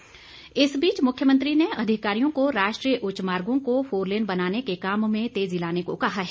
राजमार्ग मुख्यमंत्री ने अधिकारियों को राष्ट्रीय उच्च मार्गों को फोरलेन बनाने के काम में तेजी लाने को कहा है